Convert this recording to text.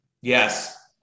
Yes